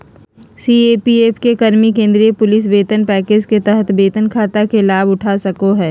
CAPF के कर्मि केंद्रीय पुलिस वेतन पैकेज के तहत वेतन खाता के लाभउठा सको हइ